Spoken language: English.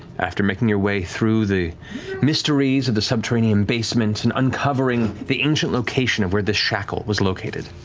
after making your way through the mysteries of the subterranean basement and uncovering the ancient location of where this shackle was located,